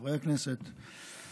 חברי הכנסת,